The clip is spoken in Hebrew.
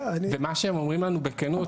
ומה שהם אומרים לנו בכנות,